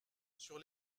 sur